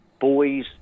boys